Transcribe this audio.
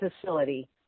facility